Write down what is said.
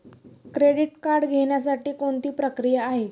Credit card घेण्यासाठी कोणती प्रक्रिया आहे?